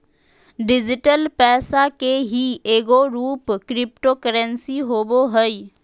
digital पैसा के ही एगो रूप क्रिप्टो करेंसी होवो हइ